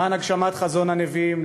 למען הגשמת חזון הנביאים,